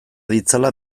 ditzala